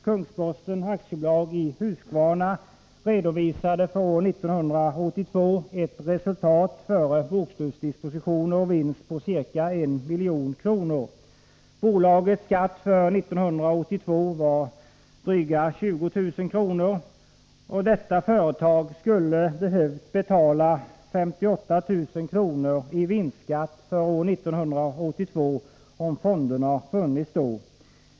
Kungsborsten AB i Huskvarna redovisade för år 1982 ett resultat före bokslutsdispositioner och vinst på ca 1 milj.kr. Bolagets skatt för 1982 var drygt 20 500 kr. Detta företag skulle ha behövt betala 58 000 kr. i vinstskatt för år 1982 om fonderna funnits då.